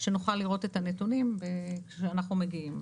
שנוכל לראות את הנתונים כשאנחנו מגיעים.